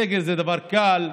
סגר זה דבר קל,